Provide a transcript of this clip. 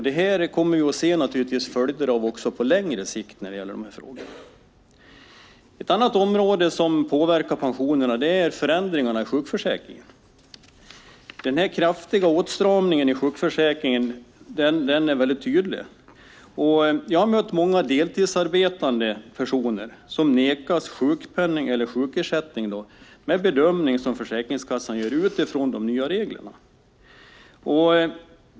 Det kommer vi att se följderna av på längre sikt. Ett annat område som påverkar pensionerna är förändringarna i sjukförsäkringssystemet. Den kraftiga åtstramningen är tydlig. Jag har mött många deltidsarbetande som nekas sjukpenning eller sjukersättning efter bedömning som Försäkringskassan gjort utifrån de nya reglerna.